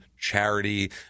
charity